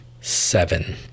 seven